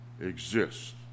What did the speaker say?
exist